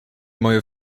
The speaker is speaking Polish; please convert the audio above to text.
moje